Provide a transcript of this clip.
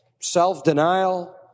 self-denial